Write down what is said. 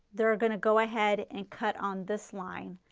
they are going to go ahead and cut on this line.